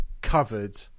covered